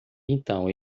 então